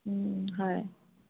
হয়